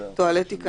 טואלטיקה,